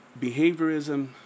behaviorism